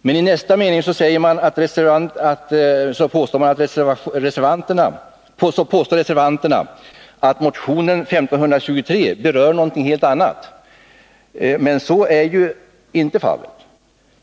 Men i nästa mening påstår reservanterna att motionen 1523 berör någonting helt annat. Men så är ju inte fallet.